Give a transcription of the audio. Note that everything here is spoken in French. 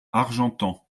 argentan